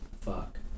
fuck